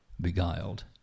beguiled